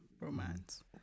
romance